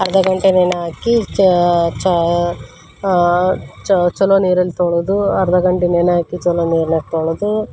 ಅರ್ಧ ಗಂಟೆ ನೆನೆ ಹಾಕಿ ಛಲೋ ನೀರಲ್ಲಿ ತೊಳೆದು ಅರ್ಧ ಗಂಟೆ ನೆನೆ ಹಾಕಿ ಛಲೋ ನೀರ್ನಾಗ ತೊಳೆದು